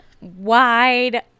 Wide